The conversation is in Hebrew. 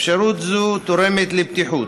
אפשרות זו תורמת לבטיחות,